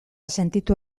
sentitu